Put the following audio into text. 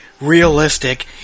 realistic